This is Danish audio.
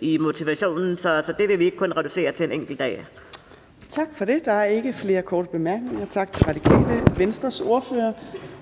i motivationen. Så det vil vi ikke kun reducere til en enkelt dag. Kl. 11:31 Fjerde næstformand (Trine Torp): Tak for det. Der er ikke flere korte bemærkninger. Tak til Radikale Venstres ordfører.